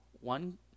One